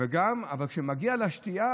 אבל כשזה מגיע לשתייה,